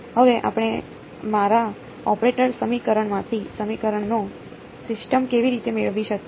હવે આપણે મારા ઓપરેટર સમીકરણમાંથી સમીકરણોની સિસ્ટમ કેવી રીતે મેળવી શકીએ